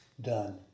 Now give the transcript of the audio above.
done